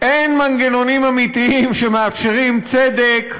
אין מנגנונים אמיתיים שמאפשרים צדק,